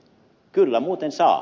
kyllä muuten saa